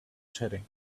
sharing